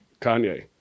Kanye